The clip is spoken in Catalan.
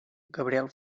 gabriel